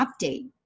update